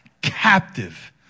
captive